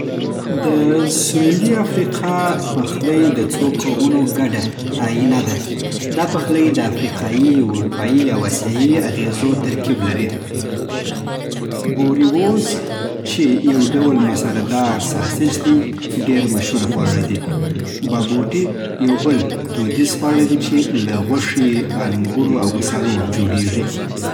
د سویلي افریقا پخلی د څو قومونو ګډه آیینه ده. دا پخلی د افریقایي، اروپایي او آسیایي اغېزو ترکیب لري. بووري‌وورز، چې یو ډول مساله‌دار ساسیج دی، ډېر مشهور خواړه دي. بابوټي یو بل دودیز خواړه دي چې له غوښې، انګورو او مصالحو جوړېږي